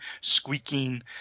squeaking